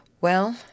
Well